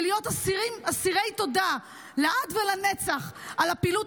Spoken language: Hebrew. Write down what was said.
ונהיה אסירי תודה לעד ולנצח על הפעילות